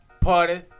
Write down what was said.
Party